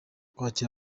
kwakira